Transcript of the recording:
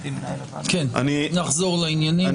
נחזור לעניינים.